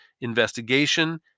investigation